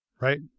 right